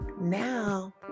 now